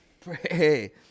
Pray